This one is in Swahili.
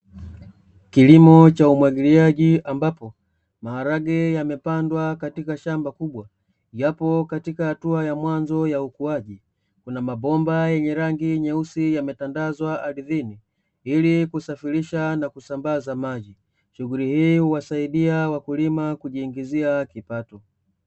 Kilimo cha umwagiliaji ambapo maharage yamepandwa katika shamba kubwa. Yapo katika hatua ya mwanzo ya ukuaji. Kuna mabomba yenye rangi nyeusi yametandazwa ardhini, ili kusafirisha na kusambaza maji. Shughuli hii huwasaidia wakulima kujiingizia kipato.